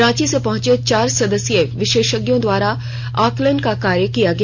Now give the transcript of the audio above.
रांची से पहुंचे चार सदस्यीय विशेषज्ञो द्वारा आकलन का कार्य किया गया